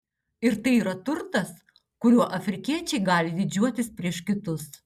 ir tai yra turtas kuriuo afrikiečiai gali didžiuotis prieš kitus